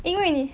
因为你